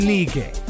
Nige